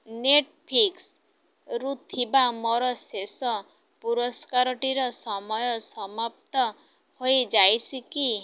ନେଟ୍ଫ୍ଲିକ୍ସରୁ ଥିବା ମୋର ଶେଷ ପୁରସ୍କାରଟିର ସମୟ ସମାପ୍ତ ହୋଇଯାଇଛି କି